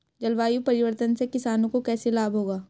जलवायु परिवर्तन से किसानों को कैसे लाभ होगा?